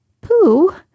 Pooh